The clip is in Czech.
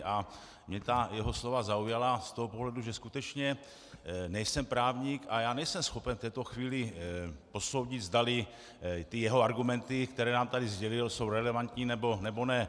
A mě jeho slova zaujala z toho pohledu, že skutečně nejsem právník, a já nejsem schopen v této chvíli posoudit, zdali jeho argumenty, které nám tady sdělil, jsou relevantní, nebo ne.